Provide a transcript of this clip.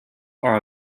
are